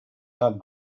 not